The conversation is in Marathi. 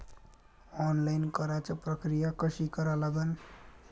ऑनलाईन कराच प्रक्रिया कशी करा लागन?